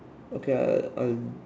okay I I I'll